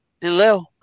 Hello